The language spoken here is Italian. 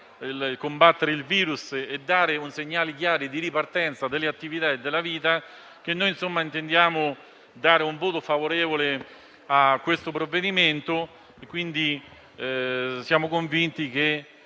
combattere il virus e dare un segnale chiaro di ripartenza delle attività e della vita, intendiamo esprimere un voto favorevole a questo provvedimento. Siamo convinti che